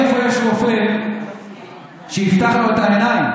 איפה יש רופא שיפתח לו את העיניים,